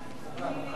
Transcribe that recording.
תעבור לשאילתא הבאה,